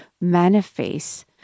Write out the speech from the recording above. manifest